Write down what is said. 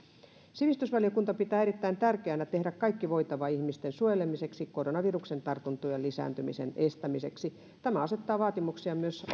sivistysvaliokunta pitää erittäin tärkeänä tehdä kaikki voitava ihmisten suojelemiseksi koronaviruksen tartuntojen lisääntymisen estämiseksi tämä asettaa vaatimuksia myös